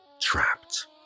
trapped